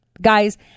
guys